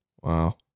Wow